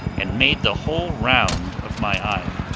and made the whole round of my isle.